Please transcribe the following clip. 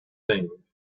thing